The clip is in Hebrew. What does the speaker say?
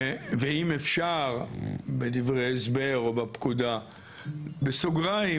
אם אפשר בדברי הסבר או בפקודה לומר בסוגריים